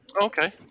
Okay